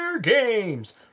games